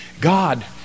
God